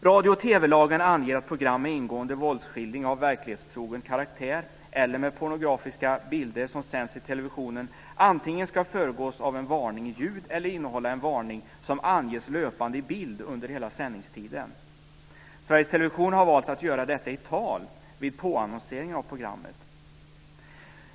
Radio och TV-lagen anger att program med ingående våldsskildring av verklighetstrogen karaktär eller med pornografiska bilder som sänds i televisionen antingen ska föregås av en varning i ljud eller innehålla en varning som anges löpande i bild under hela sändningstiden. Sveriges Television har valt att göra detta i tal vid påannonseringen av programmet.